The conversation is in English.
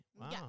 Wow